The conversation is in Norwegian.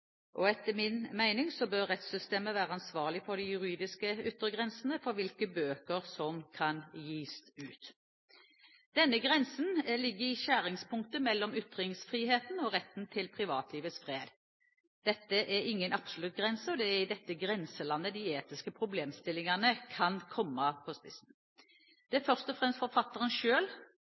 Etter min mening bør rettssystemet være ansvarlig for de juridiske yttergrensene for hvilke bøker som kan gis ut. Denne grensen ligger i skjæringspunktet mellom ytringsfriheten og retten til privatlivets fred. Dette er ingen absolutt grense, og det er i dette grenselandet de etiske problemstillingene kan komme på spissen. Det er først og fremst forfatteren